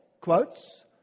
quotes